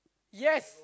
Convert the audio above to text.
yes